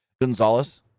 Gonzalez